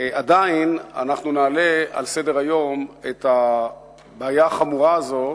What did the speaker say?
עדיין אנחנו נעלה על סדר-היום את הבעיה החמורה הזאת,